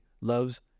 loves